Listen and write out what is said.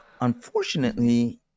unfortunately